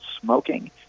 smoking